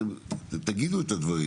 אתם תגידו את הדברים,